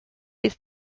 ist